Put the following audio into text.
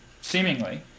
seemingly